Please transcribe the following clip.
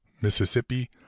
Mississippi